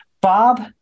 Bob